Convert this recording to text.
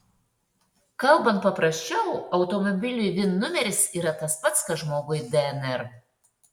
kalbant paprasčiau automobiliui vin numeris yra tas pats kas žmogui dnr